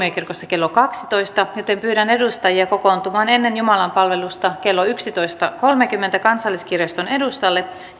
kello kaksitoista pyydän edustajia kokoontumaan ennen jumalanpalvelusta kello yksitoista kolmenkymmenen kansalliskirjaston edustalle